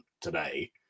today